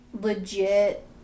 legit